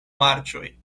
marĉoj